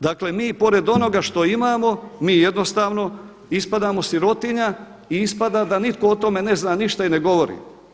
Dakle mi pored onoga što imao mi jednostavno ispadamo sirotinja i ispada da nitko o tome ne zna ništa i ne govori.